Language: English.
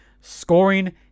scoring